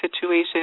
situation